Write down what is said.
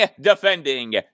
defending